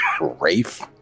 Rafe